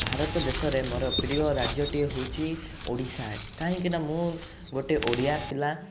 ଭାରତ ଦେଶରେ ମୋ ପ୍ରିୟ ରାଜ୍ୟଟି ହେଉଛି ଓଡ଼ିଶା କାହିଁକିନା ମୁଁ ଗୋଟେ ଓଡ଼ିଆ ପିଲା